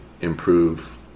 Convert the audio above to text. improve